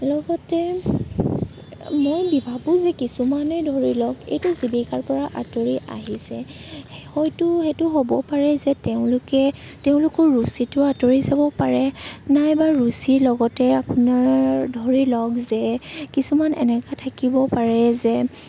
লগতে মই ভাবোঁ যে কিছুমানে ধৰি লওক এইটো জীৱিকাৰ পৰা আঁতৰি আহিছে হয়তো সেইটোও হ'ব পাৰে যে তেওঁলোকে তেওঁলোকৰ ৰুচিটো আঁতৰি চাব পাৰে নাইবা ৰুচিৰ লগতে আপোনাৰ ধৰি লওক যে কিছুমান এনেকুৱা থাকিব পাৰে যে